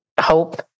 hope